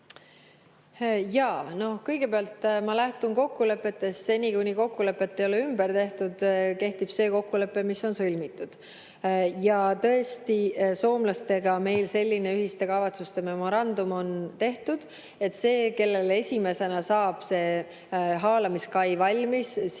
Jaa. No kõigepealt ma lähtun kokkulepetest. Seni, kui kokkulepet ei ole ümber tehtud, kehtib see kokkulepe, mis on sõlmitud. Ja tõesti soomlastega meil selline ühiste kavatsuste memorandum on tehtud, et kellel esimesena saab haalamiskai valmis, sinna